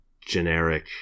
generic